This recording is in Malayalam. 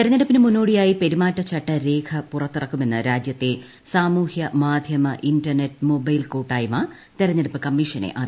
തിരഞ്ഞെടുപ്പിന് മുന്നോടിയായി പെരുമാറ്റച്ചട്ട രേഖ പുറത്തിറക്കുമെന്ന് രാജ്യത്തെ സാമൂഹൃ മാധൃമ ഇന്റർനെറ്റ് മൊബൈൽ കൂട്ടായ്മ തിരഞ്ഞെടുപ്പ് കമ്മീഷനെ അറിയിച്ചു